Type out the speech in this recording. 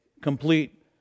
complete